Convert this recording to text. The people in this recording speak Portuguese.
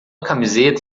camiseta